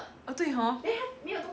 orh 对 hor